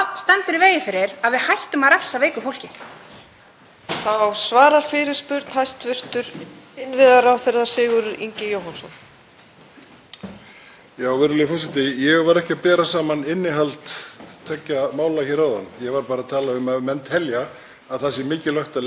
Virðulegur forseti. Ég var ekki að bera saman innihald tveggja mála hér áðan, ég var bara að tala um að ef menn telja að mikilvægt sé að leggja raunverulegt virði í samráð og segja að það sé mikilvægt í einu máli þá hlýtur það að gilda um annað mál líka. Það var það sem ég var að benda á.